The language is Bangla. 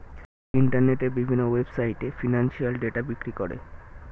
ইন্টারনেটের বিভিন্ন ওয়েবসাইটে এ ফিনান্সিয়াল ডেটা বিক্রি করে